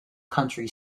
country